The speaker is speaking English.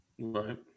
Right